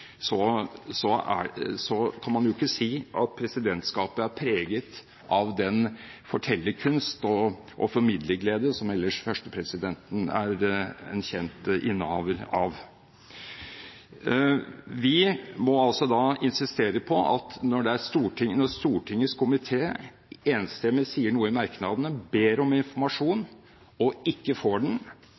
kan man ikke si at presidentskapet er preget av den fortellerkunst og formidlerglede som førstepresidenten ellers er en kjent innehaver av. Vi må altså insistere på at når Stortingets komité enstemmig sier noe i merknadene og ber om informasjon, og ikke får den,